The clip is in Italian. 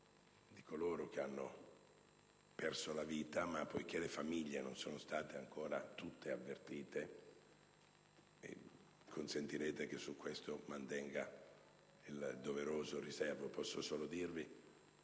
di coloro che purtroppo hanno perso la vita, ma poiché le famiglie non sono state ancora tutte avvertite, mi consentirete che su questo mantenga il doveroso riserbo. Posso solo dirvi